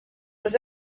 was